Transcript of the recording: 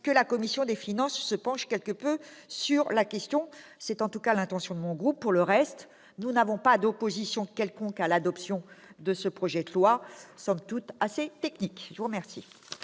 que la commission des finances se penche quelque peu sur la question. C'est en tout cas l'intention de mon groupe. Pour le reste, nous n'avons pas d'opposition quelconque à l'adoption de ce projet de loi, somme toute assez technique. La parole